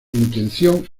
intención